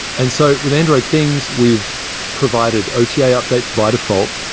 and so with android things, we've provided ota ah updates by default.